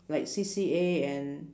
like C_C_A and